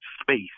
space